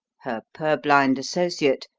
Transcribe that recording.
her purblind associate,